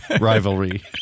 rivalry